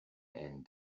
and